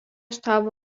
štabo